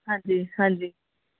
ਹਾਂਜੀ ਹਾਂਜੀ